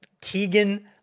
Tegan